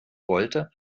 wollte